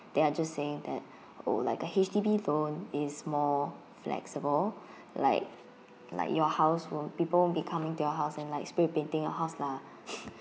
they are just saying that oh like a H_D_B loan is more flexible like like your house will people won't be coming to your house and like spray painting your house lah